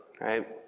right